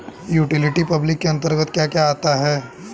Utility public के अंतर्गत क्या आता है?